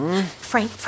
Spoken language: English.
Frank